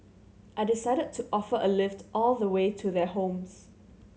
I decided to offer a lift all the way to their homes